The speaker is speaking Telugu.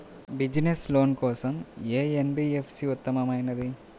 బిజినెస్స్ లోన్ కోసం ఏ ఎన్.బీ.ఎఫ్.సి ఉత్తమమైనది?